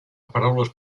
paraules